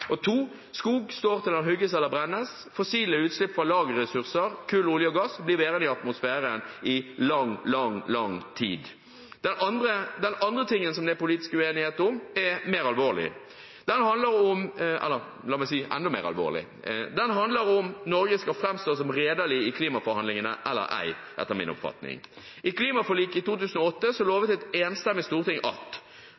av to hovedgrunner: Det er nødvendig å kutte fossile utslipp. Å utsette slike utslippskutt gjør det vanskeligere å nå målet om å binde mer CO2 enn det vi slipper ut i andre halvdel av århundret. Skog står til den hugges eller brennes. Fossile utslipp fra lagerressurser, kull, olje og gass blir værende i atmosfæren i lang, lang tid. Den andre tingen det er politisk uenighet om, er enda mer alvorlig. Den handler om hvorvidt Norge skal framstå som redelig i klimaforhandlingene